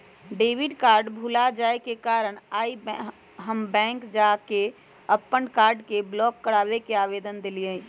debit card भुतला जाय के कारण आइ हम बैंक जा कऽ अप्पन कार्ड के ब्लॉक कराबे के आवेदन देलियइ